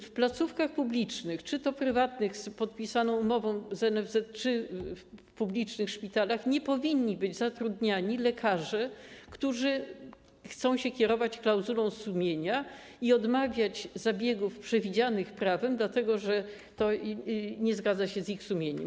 W placówkach publicznych, czy to w prywatnych z podpisaną umową z NFZ, czy w publicznych szpitalach, nie powinni być zatrudniani lekarze, którzy chcą się kierować klauzulą sumienia i odmawiać zabiegów przewidzianych prawem, dlatego że to nie zgadza się z ich sumieniem.